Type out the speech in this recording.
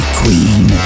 queen